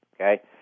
okay